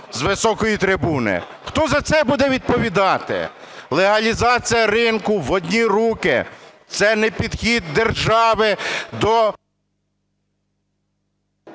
з високої трибуни. Хто за це буде відповідати? Легалізація ринку в одні руки – це не підхід держави до…